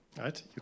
right